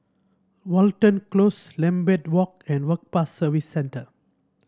Watten Close Lambeth Walk and Work Pass Service Centre